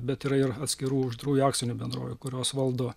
bet yra ir atskirų uždarųjų akcinių bendrovių kurios valdo